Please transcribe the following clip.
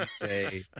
say